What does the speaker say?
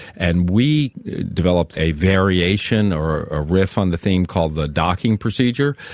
and we developed a variation or a riff on the theme called the docking procedure,